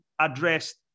addressed